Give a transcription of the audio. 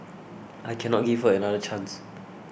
I cannot give her another chance